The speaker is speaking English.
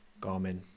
Garmin